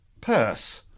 Purse